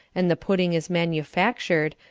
and the pudding is manufactured,